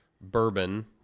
bourbon